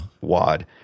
WAD